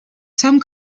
some